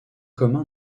commun